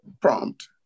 Prompt